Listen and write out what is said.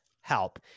help